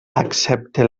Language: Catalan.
excepte